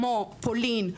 כמו פולין,